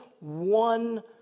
one